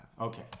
Okay